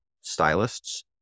stylists